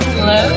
Hello